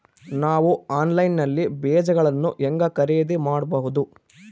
ನಾವು ಆನ್ಲೈನ್ ನಲ್ಲಿ ಬೇಜಗಳನ್ನು ಹೆಂಗ ಖರೇದಿ ಮಾಡಬಹುದು?